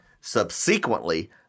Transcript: Subsequently